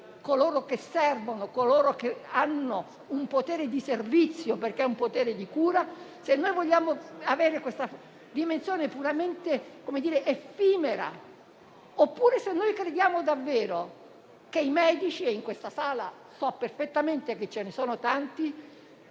coloro che servono e hanno un potere di servizio, perché è un potere di cura) e se dunque vogliamo avere questa dimensione puramente effimera oppure se crediamo davvero che i medici - e in questa sala so perfettamente che ce ne sono tanti